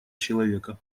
человека